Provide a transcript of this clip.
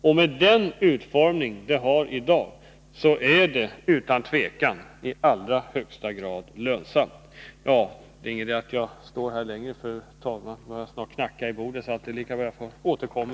Och med den utformning det har i dag så är det utan tvivel i allra högsta grad lönsamt. Jag får återkomma i nästa replik med resten.